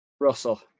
Russell